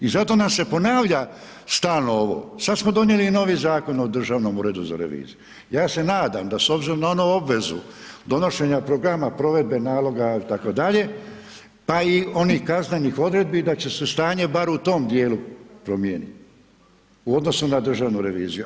I zato nam se ponavlja stalno ovo, sada smo donijeli novi Zakon o Državno uredu za reviziju, ja se nadam da s obzirom na ovu obvezu, donošenja programa provedbe naloga itd. pa i onih kaznenih odredbi, da će se stanje barem u tom dijelu promijeniti, u odnosu na državnu reviziju.